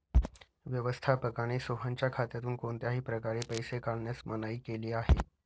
व्यवस्थापकाने सोहनच्या खात्यातून कोणत्याही प्रकारे पैसे काढण्यास मनाई केली आहे